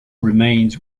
remains